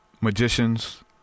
magicians